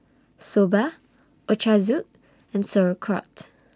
Soba Ochazuke and Sauerkraut